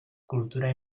culturas